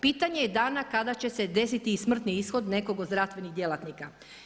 Pitanje je dana kada će se desiti i smrtni ishod nekog od zdravstvenih djelatnika.